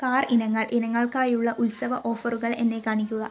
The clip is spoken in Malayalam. കാർ ഇനങ്ങൾ ഇനങ്ങൾക്കായുള്ള ഉത്സവ ഓഫറുകൾ എന്നെ കാണിക്കുക